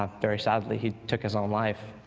um very sadly, he took his own life.